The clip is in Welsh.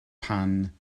pan